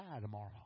tomorrow